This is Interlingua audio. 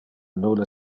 nulle